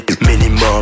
Minimum